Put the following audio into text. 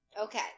Okay